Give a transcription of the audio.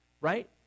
right